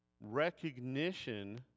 recognition